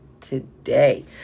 today